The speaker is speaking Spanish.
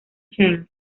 chen